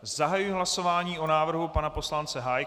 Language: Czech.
Zahajuji hlasování o návrhu pana poslance Hájka.